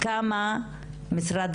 כמה משרד